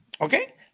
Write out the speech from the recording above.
Okay